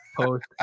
Post